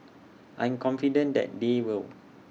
I'm confident that they will